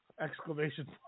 Exclamation